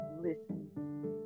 listen